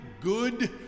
good